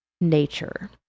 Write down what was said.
nature